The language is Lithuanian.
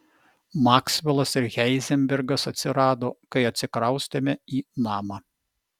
maksvelas ir heizenbergas atsirado kai atsikraustėme į namą